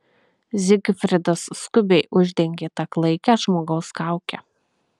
zigfridas skubiai uždengė tą klaikią žmogaus kaukę